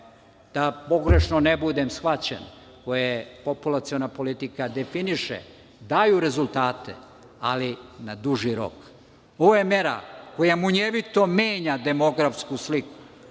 da pogrešno ne budem shvaćen, koje populaciona politika definiše daju rezultate, ali na duži rok. Ovo je mera koja munjevito menja demografsku sliku.